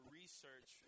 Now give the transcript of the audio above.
research